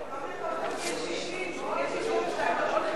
לא מתים בגיל 60. בגיל 62 עוד לא הולכים לבית-העלמין.